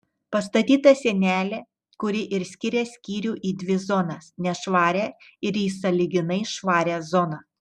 pastatyta sienelė kuri ir skiria skyrių į dvi zonas nešvarią ir į sąlyginai švarią zoną